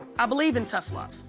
i believe in tough love.